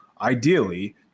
ideally